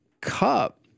cup